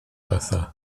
bethau